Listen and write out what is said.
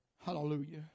Hallelujah